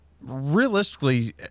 realistically